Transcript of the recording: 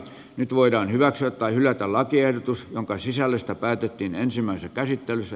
nyt voidaan hyväksyä tai hylätä lakiehdotus jonka sisällöstä päätettiin ensimmäisessä käsittelyssä